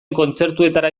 kontzertuetara